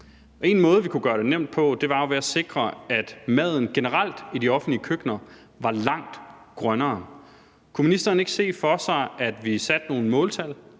én måde at gøre det nemt på er ved at sikre, at maden i de offentlige køkkener generelt er langt grønnere. Kunne ministeren ikke se for sig, at vi satte nogle måltal,